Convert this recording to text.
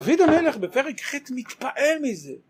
דוד המלך בפרק ח מתפעל מזה